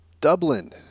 Dublin